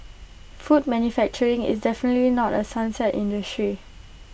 food manufacturing is definitely not A sunset industry